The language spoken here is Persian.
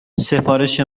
سفارش